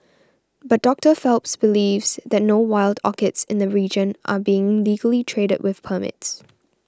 but Doctor Phelps believes that no wild orchids in the region are being legally traded with permits